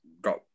got